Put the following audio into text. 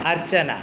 अर्चना